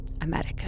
America